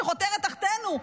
שחותרת תחתינו,